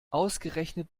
ausgerechnet